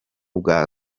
bwa